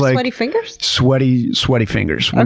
like sweaty fingers? sweaty, sweaty fingers.